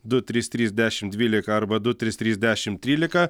du trys trys dešimt dvylika arba du trys trys dešimt trylika